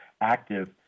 active